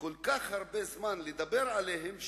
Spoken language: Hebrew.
כל כך הרבה זמן לדבר עליהם,